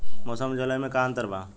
मौसम और जलवायु में का अंतर बा?